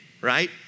right